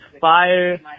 fire